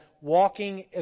walking